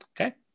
Okay